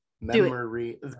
memory